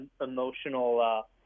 emotional